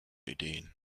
ideen